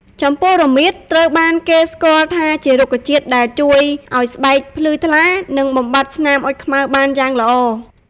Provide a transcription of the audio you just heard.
ចំពោះ រមៀតត្រូវបានគេស្គាល់ថាជារុក្ខជាតិដែលជួយឱ្យស្បែកភ្លឺថ្លា និងបំបាត់ស្នាមអុចខ្មៅបានយ៉ាងល្អ។